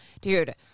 Dude